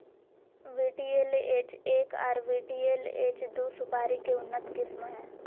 VTLH एक आर VTLH दू सुपारी के उन्नत किस्म हय